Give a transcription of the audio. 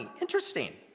interesting